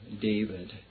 David